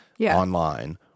online